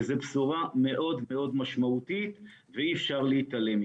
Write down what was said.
זו בשורה מאוד משמעותית ואי אפשר להתעלם מזה.